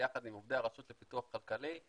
ביחד עם עובדי הרשות לפיתוח כלכלי,